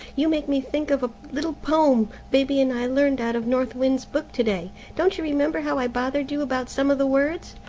you make me think of a little poem baby and i learned out of north wind's book to-day. don't you remember how i bothered you about some of the words?